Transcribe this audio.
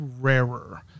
rarer